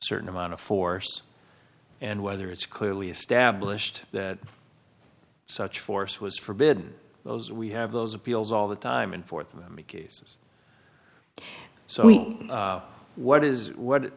certain amount of force and whether it's clearly established that such force was forbid those we have those appeals all the time and for them a case so we what is what